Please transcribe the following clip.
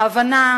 ההבנה